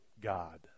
God